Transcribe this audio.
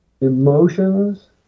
emotions